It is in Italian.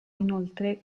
inoltre